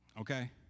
Okay